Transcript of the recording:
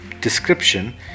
description